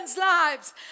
lives